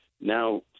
Now